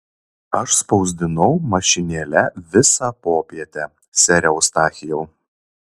aš spausdinau mašinėle visą popietę sere eustachijau